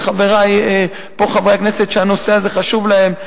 וחברי חברי הכנסת פה שהנושא הזה חשוב להם,